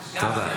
לא עם הגב.